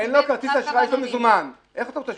אורי מקלב (יו"ר ועדת המדע והטכנולוגיה): אין לו כרטיס אשראי,